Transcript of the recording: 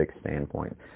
standpoint